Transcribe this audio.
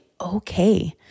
okay